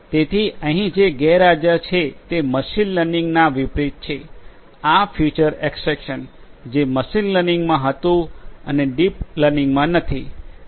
તેથી અહીં જે ગેરહાજર છે તે મશીન લર્નિંગના વિપરીત છે આ ફીચર એક્સટ્રેકશન જે મશીન લર્નિંગમાં હતું અને ડીપ લર્નિંગમાં નથી